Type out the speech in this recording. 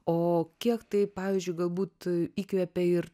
o kiek tai pavyzdžiui galbūt įkvėpė ir